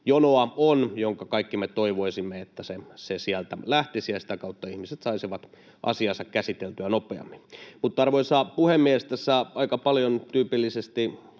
jonoa, ja me kaikki toivoisimme, että se sieltä lähtisi ja sitä kautta ihmiset saisivat asiansa käsiteltyä nopeammin. Arvoisa puhemies! Tässä salissa tyypillisesti